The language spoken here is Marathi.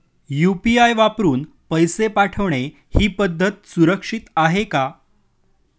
यु.पी.आय वापरून पैसे पाठवणे ही पद्धत सुरक्षित आहे का?